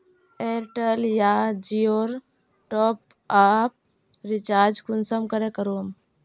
Airtel या जियोर top आप रिचार्ज कुंसम करे करूम?